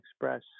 express